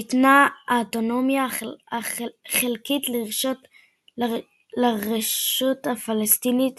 ניתנה אוטונומיה חלקית לרשות הפלסטינית